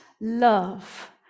love